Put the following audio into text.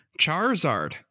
Charizard